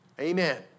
Amen